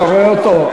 אתה רואה אותו?